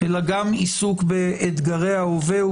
אלא גם עיסוק באתגרי ההווה,